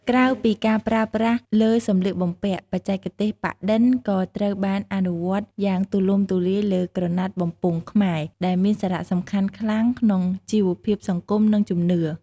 ក្រៅពីការប្រើប្រាស់លើសម្លៀកបំពាក់ បច្ចេកទេសប៉ាក់-ឌិន ក៏ត្រូវបានអនុវត្តយ៉ាងទូលំទូលាយលើ ក្រណាត់បំពង់ខ្មែរ ដែលមានសារៈសំខាន់ខ្លាំងក្នុងជីវភាពសង្គម និងជំនឿ។